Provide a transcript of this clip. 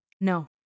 No